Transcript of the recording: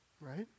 Right